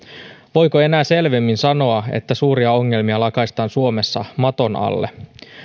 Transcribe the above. voiko enää selvemmin sanoa että suuria ongelmia lakaistaan suomessa maton alle